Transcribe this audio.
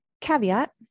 Caveat